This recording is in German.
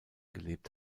gelebt